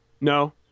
No